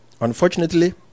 Unfortunately